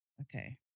okay